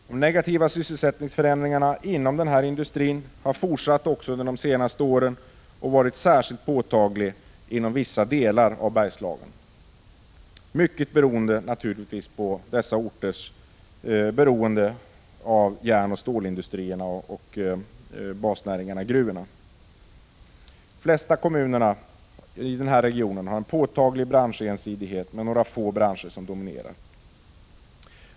De negativa sysselsättningsförändringarna inom den här industrin har fortsatt också under de senaste åren och de har varit särskilt påtagliga inom vissa delar av Bergslagen. Detta har till stor del sin grund i dessa orters beroende av järnoch stålindustrierna samt av basnäringarna inom gruvbranschen. De flesta kommuner i regionen präglas av en påtaglig branschensidighet. Ett fåtal branscher dominerar.